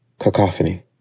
Cacophony